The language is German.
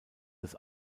des